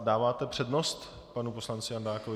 Dáváte přednost panu poslanci Jandákovi?